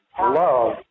love